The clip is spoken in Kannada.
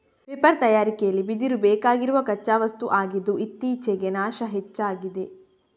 ಪೇಪರ್ ತಯಾರಿಕೆಲಿ ಬಿದಿರು ಬೇಕಾಗಿರುವ ಕಚ್ಚಾ ವಸ್ತು ಆಗಿದ್ದು ಇತ್ತೀಚೆಗೆ ನಾಶ ಹೆಚ್ಚಾಗಿದೆ